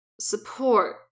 support